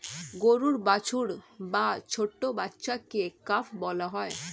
গরুর বাছুর বা ছোট্ট বাচ্ছাকে কাফ বলা হয়